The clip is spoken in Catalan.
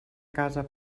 casa